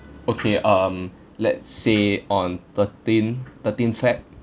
okay um let's say on thirteen thirteen feb